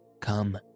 Come